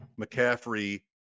McCaffrey